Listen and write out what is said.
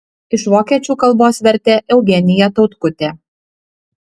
iš vokiečių kalbos vertė eugenija tautkutė